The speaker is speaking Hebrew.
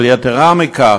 אבל יתרה מזו,